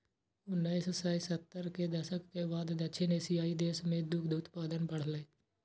उन्नैस सय सत्तर के दशक के बाद दक्षिण एशियाइ देश मे दुग्ध उत्पादन बढ़लैए